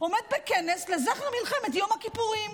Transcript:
עומד בכנס לזכר מלחמת יום הכיפורים,